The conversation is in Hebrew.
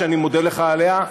שאני מודה לך עליה.